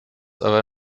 aber